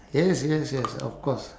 yes yes yes of course